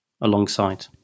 alongside